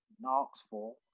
Knoxville